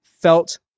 felt